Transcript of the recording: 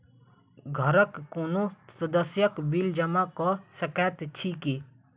घरक कोनो सदस्यक बिल जमा कऽ सकैत छी की?